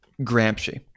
Gramsci